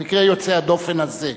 במקרה יוצא הדופן הזה.